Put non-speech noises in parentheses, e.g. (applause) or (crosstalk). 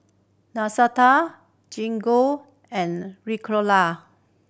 (unintelligible) Gingko and Ricola